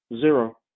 zero